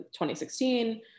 2016